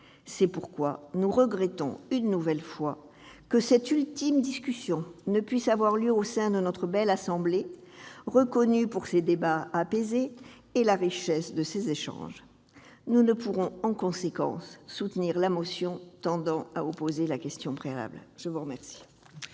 C'est pourquoi nous regrettons, une nouvelle fois, que cette ultime discussion ne puisse avoir lieu au sein de notre belle assemblée, reconnue pour ses débats apaisés et la richesse de ses échanges. Nous ne pourrons, en conséquence, soutenir la motion tendant à opposer la question préalable. La parole